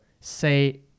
say